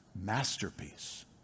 masterpiece